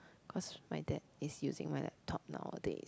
cause my dad is using my laptop nowadays